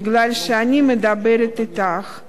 באחד המקרים הועברה ילדה בת תשע ממשפחת עולים חילונית,